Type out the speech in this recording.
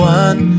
one